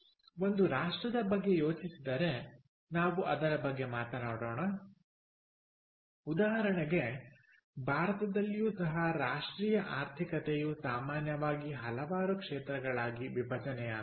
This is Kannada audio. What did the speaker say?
ಒಂದು ರಾಷ್ಟ್ರದ ಬಗ್ಗೆ ಯೋಚಿಸಿದರೆ ನಾವು ಅದರ ಬಗ್ಗೆ ಮಾತನಾಡೋಣ ಉದಾಹರಣೆಗೆ ಭಾರತದಲ್ಲಿಯೂ ಸಹ ರಾಷ್ಟ್ರೀಯ ಆರ್ಥಿಕತೆಯು ಸಾಮಾನ್ಯವಾಗಿ ಹಲವಾರು ಕ್ಷೇತ್ರಗಳಾಗಿ ವಿಭಜನೆಯಾಗುತ್ತದೆ